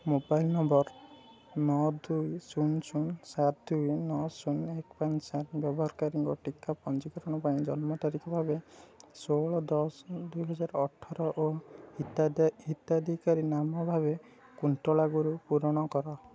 mobile number ନଅ ଦୁଇ ଶୂନ ଶୂନ ସାତ ଦୁଇ ନଅ ଶୂନ ଏକ ପାଞ୍ଚ ସାତ ବ୍ୟବହାରକାରୀଙ୍କ ଟୀକା ପଞ୍ଜୀକରଣ ପାଇଁ ଜନ୍ମ ତାରିଖ ଭାବେ ଷୋହଳ ଦଶ ଦୁଇ ହଜାର ଅଠର ଓ ହିତାଧିକାରୀ ନାମ ଭାବେ କୁନ୍ତଳା ଗୁରୁ ପୂରଣ କର